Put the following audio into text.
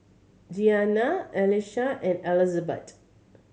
Jeanna Elisha and Elizabet